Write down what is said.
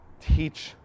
teach